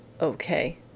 Okay